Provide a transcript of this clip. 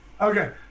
Okay